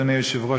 אדוני היושב-ראש,